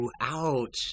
ouch